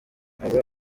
haba